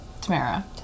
Tamara